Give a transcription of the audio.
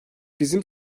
bizim